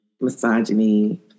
misogyny